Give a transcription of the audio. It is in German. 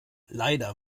leider